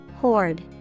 Horde